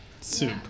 soup